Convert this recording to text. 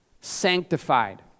Sanctified